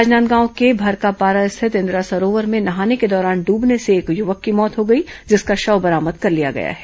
राजनांदगांव के भरकापारा स्थित इंदिरा सरोवर में नहाने के दौरान डूबने से एक युवक की मौत हो गई जिसका शव बरामद कर लिया गया है